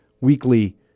weekly